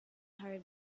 hurried